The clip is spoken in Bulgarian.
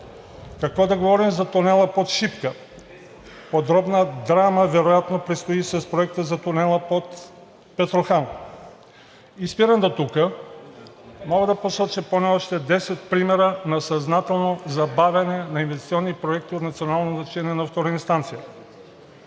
Какво да говорим за тунела под Шипка? Подобна драма вероятно предстои и с проекта за тунела под Петрохан. И спирам дотук – мога да посоча поне още десет примера на съзнателно забавяне на инвестиционни проекти от национално значение на втора инстанция.